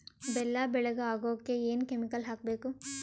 ಬೆಲ್ಲ ಬೆಳಗ ಆಗೋಕ ಏನ್ ಕೆಮಿಕಲ್ ಹಾಕ್ಬೇಕು?